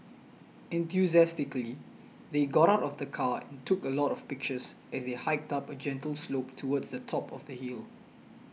enthusiastically they got out of the car and took a lot of pictures as they hiked up a gentle slope towards the top of the hill